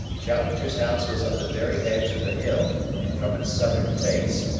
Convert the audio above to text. challenger's house was on the very edge of the hill, and from its southern face,